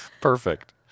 Perfect